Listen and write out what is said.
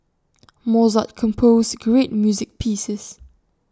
Mozart composed great music pieces